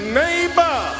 neighbor